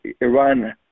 Iran